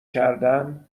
کردن